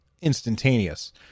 instantaneous